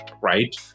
right